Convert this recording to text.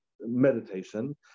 meditation